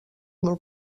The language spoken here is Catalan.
molt